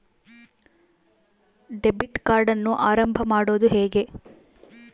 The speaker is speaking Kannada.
ಡೆಬಿಟ್ ಕಾರ್ಡನ್ನು ಆರಂಭ ಮಾಡೋದು ಹೇಗೆ?